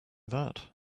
that